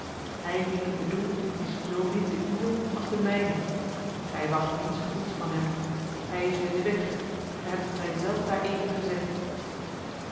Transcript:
hij wien ik bedoel is zoomin de uwe als de mijne gij wacht niets goeds van hem hij is u in den weg gij hebt het mij zelf daareven gezegd